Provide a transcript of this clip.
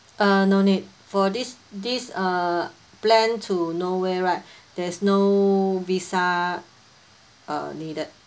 uh no need for this this uh plan to no where right there's no visa are needed